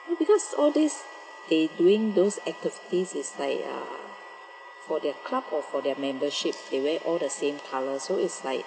no because all these they doing those activities it's like uh for their club or for their membership they wear all the same color so it's like